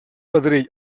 pedrell